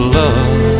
love